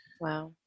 Wow